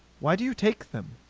why do you take them?